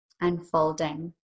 unfolding